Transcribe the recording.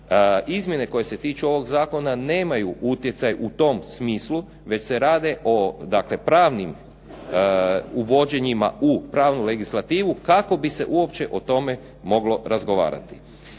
Izmjene koje se tiču ovog zakona nemaju utjecaj u tom smislu već se radi o dakle pravnim uvođenjima u pravnu legislativu kako bi se uopće o tome moglo razgovarati.